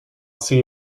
see